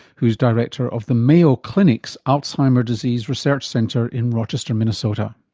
who's director of the mayo clinic's alzheimer's disease research center in rochester minnesota.